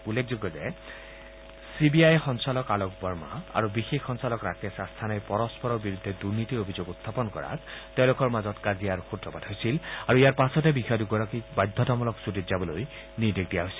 উল্লেখযোগ্য যে C B I সঞ্চালক আলোক বাৰ্মা আৰু বিশেষ সঞ্চালক ৰাকেশ আঘানাই পৰস্পৰৰ বিৰুদ্ধে দুৰ্নীতিৰ অভিযোগ উখাপন কৰাত তেওঁলোকৰ মাজত কাজিয়াৰ সূত্ৰপাত হৈছিল আৰু ইয়াৰ পাছতে বিষয়া দুগৰাকীক বাধ্যতামূলক ছুটীত যাবলৈ নিৰ্দেশ দিয়া হৈছিল